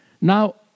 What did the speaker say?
Now